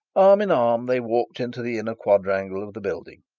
arm in arm they walked into the inner quadrangle of the building,